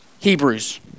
Hebrews